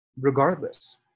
regardless